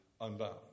unbound